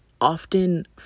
often